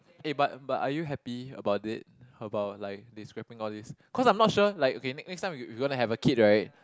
eh but but are you happy about it about like they scraping all these cause I'm not sure like okay next next time you're gonna have a kid right